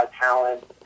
talent